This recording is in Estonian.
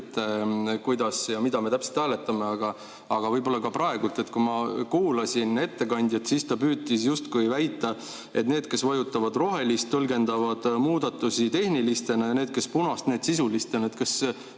kuidas ja mida me täpselt hääletame, aga võib-olla ka praegu. Kui ma kuulasin ettekandjat, siis ta püüdis justkui väita, et need, kes vajutavad rohelist, tõlgendavad muudatusi tehnilistena, ja need, kes vajutavad punast, need sisulistena. Kas